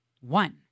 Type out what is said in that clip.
one